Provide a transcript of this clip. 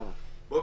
בואו